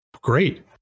Great